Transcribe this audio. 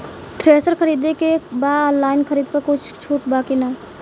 Thresher खरीदे के बा ऑनलाइन खरीद पर कुछ छूट बा कि न?